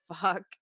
fuck